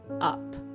up